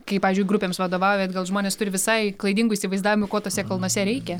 kai pavyzdžiui grupėms vadovaujat gal žmonės turi visai klaidingų įsivaizdavimų ko tuose kalnuose reikia